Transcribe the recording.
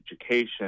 education